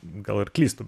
gal ir klystu